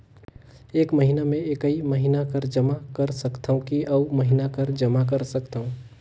एक महीना मे एकई महीना कर जमा कर सकथव कि अउ महीना कर जमा कर सकथव?